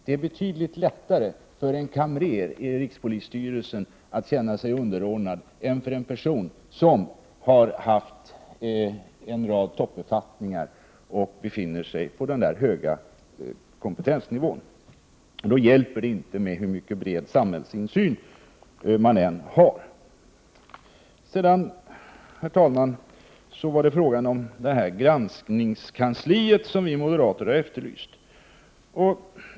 Det är betydligt lättare för en kamrer på rikspolisstyrelsen att känna sig underordnad än det är för en person som har haft en rad toppbefattningar och som befinner sig på en hög kompetensnivå. Det är i det fallet inte till hjälp att man har en bred samhällsinsyn. Herr talman! Vi moderater har efterlyst ett granskningskansli.